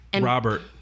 Robert